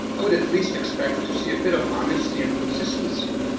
i would at least expect to see a bit of honesty and consistency.